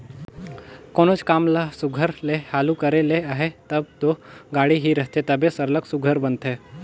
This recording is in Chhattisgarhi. कोनोच काम ल सुग्घर ले हालु करे ले अहे तब दो गाड़ी ही रहथे तबे सरलग सुघर बनथे